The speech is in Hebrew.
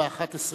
רבותי השרים,